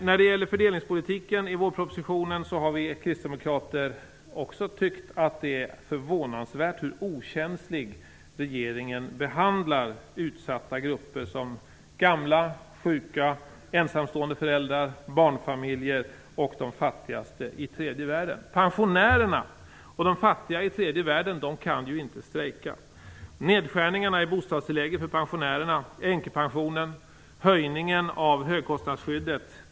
När det gäller fördelningspolitiken i vårpropositionen har vi kristdemokrater också tyckt att det är förvånansvärt hur okänsligt regeringen behandlar utsatta grupper som gamla, sjuka, ensamstående föräldrar, barnfamiljer och de fattigaste i tredje världen. Pensionärerna och de fattiga i tredje världen kan ju inte strejka. Vi kristdemokrater avvisar nedskärningarna i bostadstillägget för pensionärerna, nedskärningarna i änkepensionen och höjningen av högkostnadsskyddet.